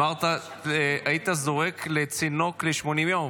אמרת שהיית זורק לצינוק ל-80 יום,